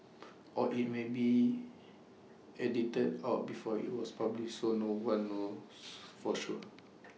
or IT may been edited out before IT was published so no one knows for sure